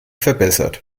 verbessert